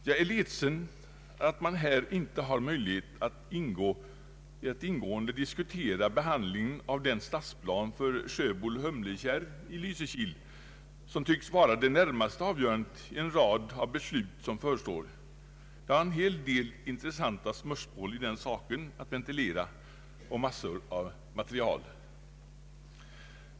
Jag är ledsen över att man här inte har möjlighet att ingående diskutera behandlingen av den stadsplan för Sjöbol Humlekärr i Lysekil som tycks vara det närmaste avgörandet i den rad av beslut som förestår. Jag har en hel del intressanta spörsmål i den saken att ventilera och massor av material.